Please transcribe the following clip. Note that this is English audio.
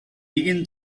began